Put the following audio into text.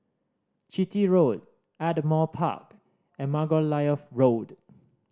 Chitty Road Ardmore Park and Margoliouth Road